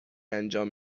انجام